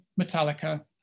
Metallica